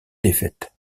défaites